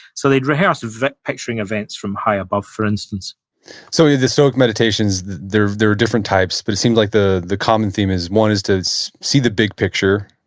so, they'd rehearse picturing events from high above, for instance so, yeah the stoic meditations, there there are different types, but it seems like the the common theme is, one is to see the big picture,